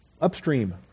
upstream